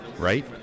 Right